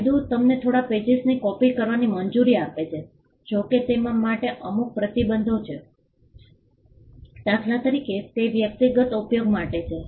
કાયદો તમને થોડા પેજીસની કોપિ કરવાની મંજૂરી આપે છે જો કે તેના માટે અમુક પ્રતિબંધો છે દાખલા તરીકે તે વ્યક્તિગત ઉપયોગ માટે છે